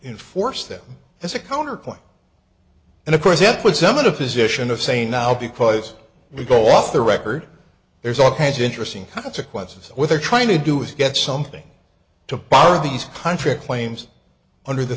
enforce that as a counterpoint and of course it puts them in a position of saying now because we go off the record there's all kinds of interesting consequences when they're trying to do is get something to bar these hundred claims under the